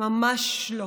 ממש לא.